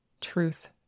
truth